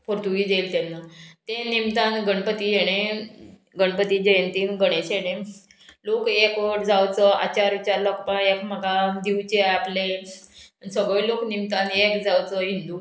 पुर्तुगीज येयले तेन्ना तें निमतान गणपती हेणें गणपती जयंतीन गणेश हेणें लोक एकवट जावचो आचार उचार लोकपाक एक म्हाका दिवचे आपले सगळे लोक निमतान एक जावचो हिंदू